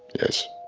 yes